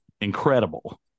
incredible